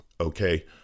Okay